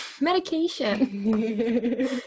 medication